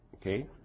Okay